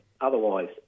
otherwise